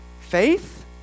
Faith